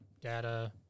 data